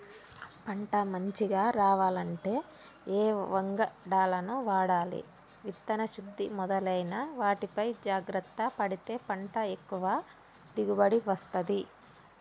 పంట మంచిగ రావాలంటే ఏ వంగడాలను వాడాలి విత్తన శుద్ధి మొదలైన వాటిపై జాగ్రత్త పడితే పంట ఎక్కువ దిగుబడి వస్తది